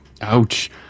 Ouch